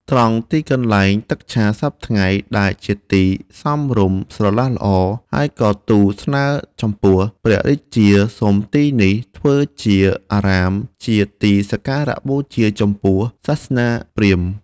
ត្រង់កន្លែងទឹកឆាសព្វថ្ងៃ ដែលជាទីសមរម្យស្រឡះល្អ ហើយក៏ទូលស្នើចំពោះព្រះរាជា សុំទីនេះធ្វើជាអារាម ជាទីសក្ការបូជាចំពោះសាសនាព្រាហ្មណ៍